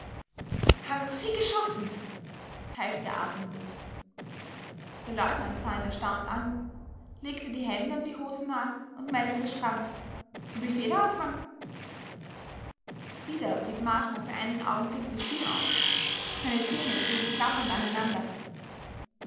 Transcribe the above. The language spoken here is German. haben sie geschossen keifte er atemlos der leutnant sah ihn erstaunt an legte die hände an die hosennaht und meldete stramm zu befehl herr hauptmann wieder blieb marschner für einen augenblick die stimme aus seine zähne schlugen klappernd aneinander